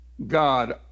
God